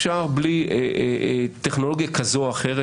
אפשר בלי טכנולוגיה כזו או אחרת,